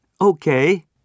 Okay